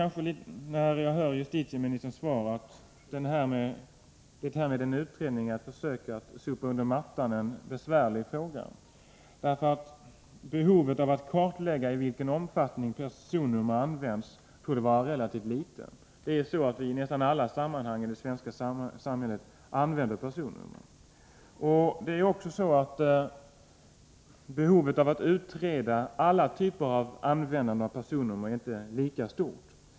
När jag hörde justitieministerns svar uppfattade jag emellertid den där utredningen som ett försök att sopa under mattan en besvärlig fråga. Behovet av att kartlägga i vilken omfattning personnummer används torde vara relativt litet. Det är ju så att vi i det svenska samhället använder personnummer i nästa alla sammanhang. Behovet av att utreda alla typer av användande av personnummer är inte heller lika stort.